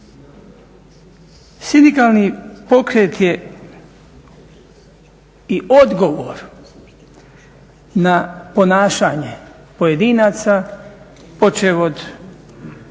Sindikalni pokret je i odgovor na ponašanje pojedinaca počevši od